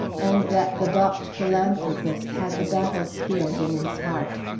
and that the balked philanthropist had the battle-spirit in his heart.